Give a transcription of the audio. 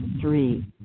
three